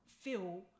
feel